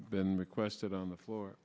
been requested on the floor